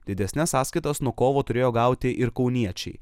didesnes sąskaitas nuo kovo turėjo gauti ir kauniečiai